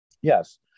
Yes